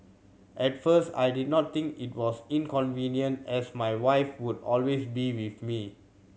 at first I did not think it was inconvenient as my wife would always be with me